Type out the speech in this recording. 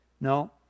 No